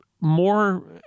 more